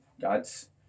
God's